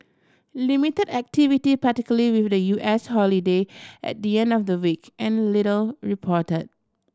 limited activity particularly with the U S holiday at the end of the week and little report